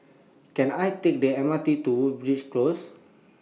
Can I Take The M R T to Woodleigh Close